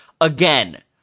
again